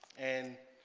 and